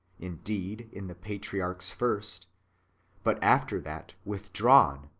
indeed, in the patriarchs first but after that withdrawn,